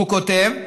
הוא כותב,